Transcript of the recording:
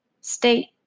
state